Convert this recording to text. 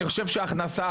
אני חושב שהכנסה,